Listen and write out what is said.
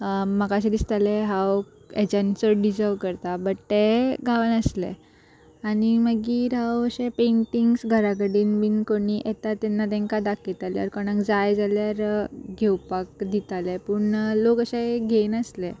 आं म्हाका अशें दिसतालें हांव हेज्यान चड डिजर्व करता बट तें गांवानासलें आनी मागीर हांव अशें पेंटिंग्स घरा कडेन बीन कोणी येता तेन्ना तांकां दाखयतालें आल्यार कोणाक जाय जाल्यार घेवपाक दितालें पूण लोक अशे घेयनासले